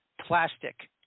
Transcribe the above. plastic